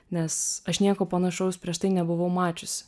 nes aš nieko panašaus prieš tai nebuvau mačiusi